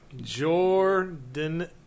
Jordan